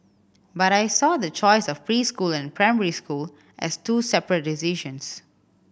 but I saw the choice of preschool and primary school as two separate decisions